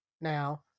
now